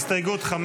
הסתייגות 5